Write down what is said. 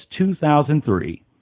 2003